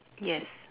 yes